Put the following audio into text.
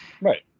Right